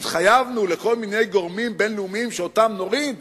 שהתחייבנו לכל מיני גורמים בין-לאומיים שאותם נוריד,